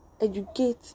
educate